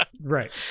Right